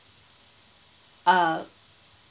err